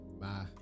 bye